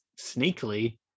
sneakily